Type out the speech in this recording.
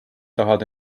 tahad